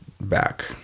back